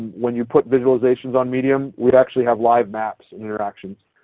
when you put visualizations on medium, we'd actually have live maps and interactions.